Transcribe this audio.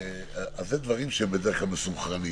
אלה דברים שהם בדרך כלל מסונכרנים,